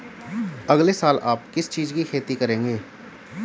अगले साल आप किस चीज की खेती करेंगे?